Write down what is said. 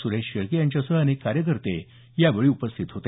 सुरेश शेळके यांच्यासह अनेक कार्यकर्ते यावेळी उपस्थित होते